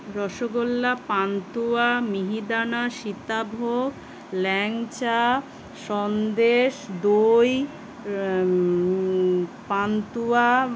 রসগোল্লা পান্তুয়া মিহিদানা সীতাভোগ ল্যাংচা সন্দেশ দই পান্তুয়া